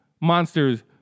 monsters